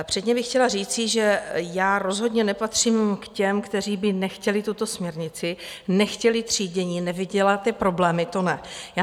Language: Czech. Předně bych chtěla říci, že rozhodně nepatřím k těm, kteří by nechtěli tuto směrnici, nechtěli třídění, neviděli ty problémy, to ne.